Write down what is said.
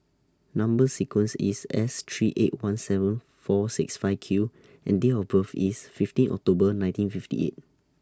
Number sequence IS S three eight one seven four six five Q and Date of birth IS fifteen October nineteen fifty eight